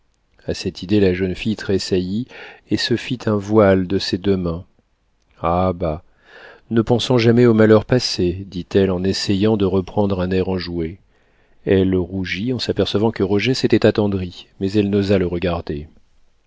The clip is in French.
cette idée la jeune fille tressaillit et se fit un voile de ses deux mains ah bah ne pensons jamais aux malheurs passés dit-elle en essayant de reprendre un air enjoué elle rougit en s'apercevant que roger s'était attendri mais elle n'osa le regarder